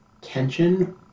tension